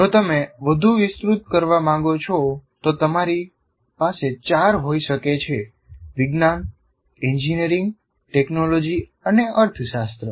જો તમે વધુ વિસ્તૃત કરવા માંગો છો તો તમારી પાસે ચાર હોઈ શકે છે વિજ્ઞાન એન્જિનિયરિંગ ટેકનોલોજી અને અર્થશાસ્ત્ર